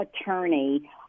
attorney